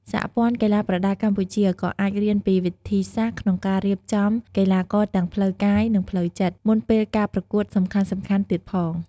សហព័ន្ធកីឡាប្រដាល់កម្ពុជា ក៏អាចរៀនពីវិធីសាស្ត្រក្នុងការរៀបចំកីឡាករទាំងផ្លូវកាយ និងផ្លូវចិត្ត មុនពេលការប្រកួតសំខាន់ៗទៀតផង។